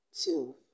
Two